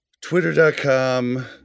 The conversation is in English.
twitter.com